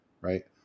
right